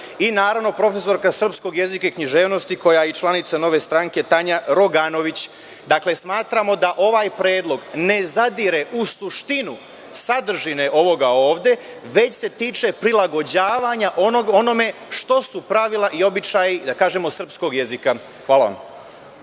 Benać i profesorka srpskog jezika i književnosti, koja je i članica Nove stranke, Tanja Roganović. Dakle, smatramo da ovaj predlog ne zadire u suštinu sadržine ovoga ovde, već se tiče prilagođavanja onome što su pravila i običaji srpskog jezika. Hvala.